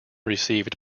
received